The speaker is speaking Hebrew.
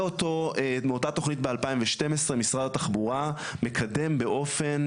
מאותה תוכנית ב-2012 משרד התחבורה מקדם באופן